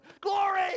Glory